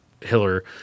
Hiller